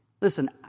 Listen